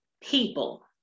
people